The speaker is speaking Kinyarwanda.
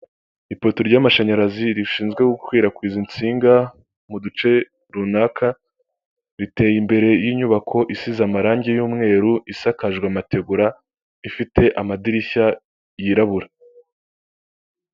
iyi ni inzu nziza yo mu bwoko bwa etaje igerekeranyijemo inshuro ebyiri igizwe n'amabara y'umuhondo amadirishya ni umukara n'inzugi nuko ifite imbuga nini ushobora gukiniramo wowe nabawe mwishimana.